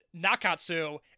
Nakatsu